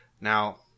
Now